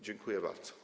Dziękuję bardzo.